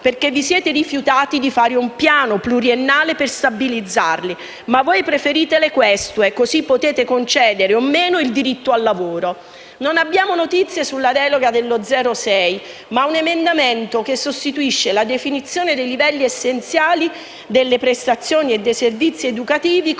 perché vi siete rifiutati di fare un piano pluriennale per stabilizzarli. Ma voi preferite le questue, così potete concedere o meno il diritto al lavoro. Non abbiamo notizia sulla delega del progetto 0-6, ma un emendamento sostituisce la definizione dei livelli essenziali delle prestazioni e dei servizi educativi